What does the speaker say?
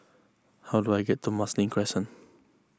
how do I get to Marsiling Crescent